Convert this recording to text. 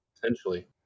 potentially